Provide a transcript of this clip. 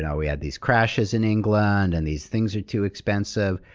yeah we had these crashes in england, and these things are too expensive.